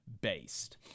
based